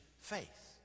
faith